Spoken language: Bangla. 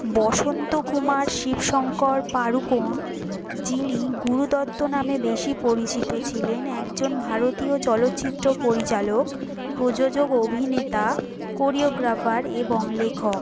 বসন্ত কুমার শিবশঙ্কর পাড়ুকোন যিনি গুরু দত্ত নামে বেশি পরিচিত ছিলেন একজন ভারতীয় চলচ্চিত্র পরিচালক প্রযোজক অভিনেতা কোরিওগ্রাফার এবং লেখক